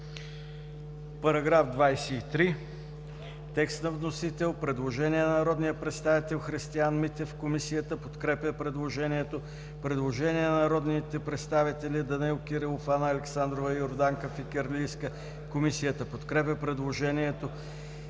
По § 23 има текст на вносител, предложение на народния представител Христиан Митев. Комисията подкрепя предложението. Има предложение на народни представители Данаил Кирилов, Анна Александрова и Йорданка Фикирлийска. Комисията подкрепя предложението.